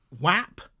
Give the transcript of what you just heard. Wap